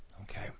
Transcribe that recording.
Okay